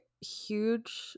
huge